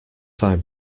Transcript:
fire